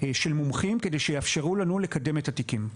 של מומחים כדי שיאפשרו לנו לקדם את התיקים.